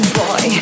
boy